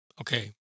Okay